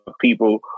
people